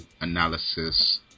Analysis